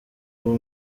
uwo